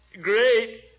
Great